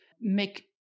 make